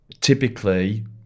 typically